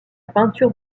peinture